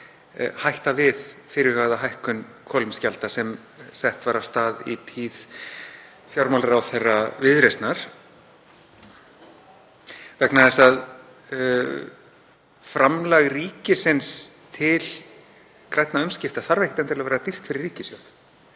hætta við fyrirhugaða hækkun kolefnisgjalds sem sett var af stað í tíð fjármálaráðherra Viðreisnar. Framlag ríkisins til grænna umskipta þarf ekkert endilega að vera dýrt fyrir ríkissjóð.